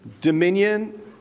dominion